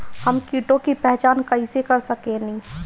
हम कीटों की पहचान कईसे कर सकेनी?